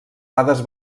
dades